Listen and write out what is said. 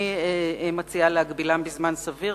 אני מציעה להגבילם בזמן סביר,